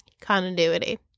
continuity